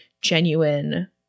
genuine